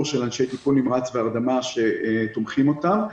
של אנשי טיפול נמרץ והרדמה שתומכים אותם,